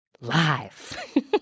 Life